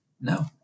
no